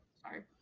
Sorry